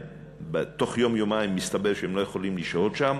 בתוך יום-יומיים מסתבר שהם לא יכולים לשהות שם.